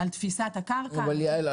תפיסת הקרקע --- יעל,